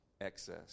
excess